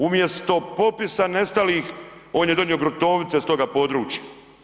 Umjesto popisa nestalih on je donio gruntovnice s toga područja.